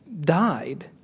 died